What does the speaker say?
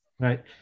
Right